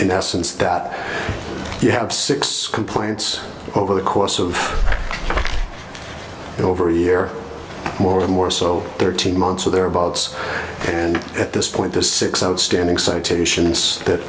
in essence that you have six complaints over the course of over a year more and more so thirteen months or thereabouts and at this point the six outstanding citations that